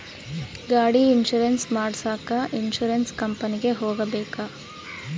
ಗಾಡಿ ಇನ್ಸುರೆನ್ಸ್ ಮಾಡಸಾಕ ಇನ್ಸುರೆನ್ಸ್ ಕಂಪನಿಗೆ ಹೋಗಬೇಕಾ?